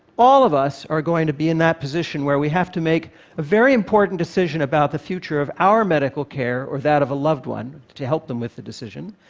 all of us are going to be in that position, where we have to make a very important decision about the future of our medical care or that of a loved one, to help them with a decision.